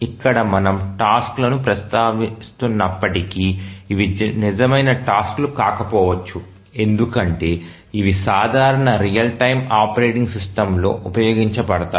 ఇక్కడ మనము టాస్క్లను ప్రస్తావిస్తున్నప్పటికీ ఇవి నిజమైన టాస్క్లు కాకపోవచ్చు ఎందుకంటే ఇవి సాధారణ రియల్ టైమ్ ఆపరేటింగ్ సిస్టమ్లో ఉపయోగించబడతాయి